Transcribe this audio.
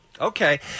Okay